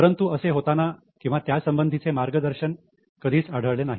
परंतु असे होताना किंवा त्यासंबंधीचे मार्गदर्शन कधी आढळले नाही